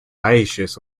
dioecious